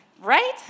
Right